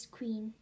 Queen